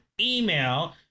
email